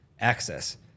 access